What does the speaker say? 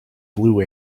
blue